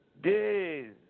Days